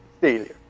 Failure